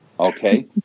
Okay